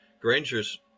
Granger's